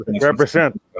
represent